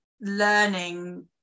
learning